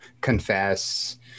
confess